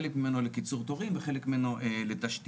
חלק ממנו לקיצור תורים וחלק ממנו לתשתיות.